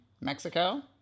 Mexico